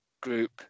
group